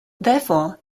therefore